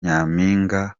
nyampinga